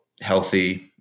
healthy